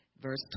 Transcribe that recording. verse